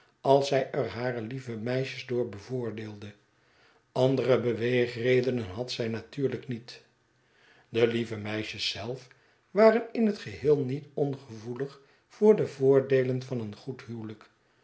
als zij er haar lieve meisjes door bevoordeelde andere beweegredenen had zij natuurlijk niet be lieve meisjes zelf waren in het geheel niet ongevoelig voor de voordeelen van een goed huwelijk